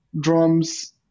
drums